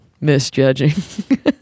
misjudging